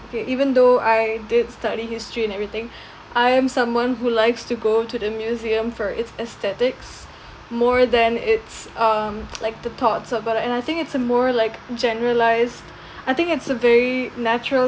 okay even though I did study history and everything I am someone who likes to go to the museum for its aesthetics more than its um like the thoughts about it and I think it's uh more like generalised I think it's a very natural